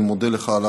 אני מודה לך על